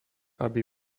aby